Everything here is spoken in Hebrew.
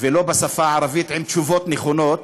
ולא בשפה הערבית עם תשובות נכונות,